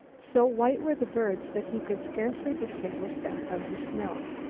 so white were the birds that he could scarcely distinguish them from the snow.